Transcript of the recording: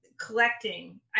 collecting